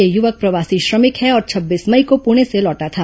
यह युवक प्रवासी श्रमिक है और छब्बीस मई को पुणे से लौटा था